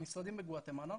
המשרדים בגואטמלה,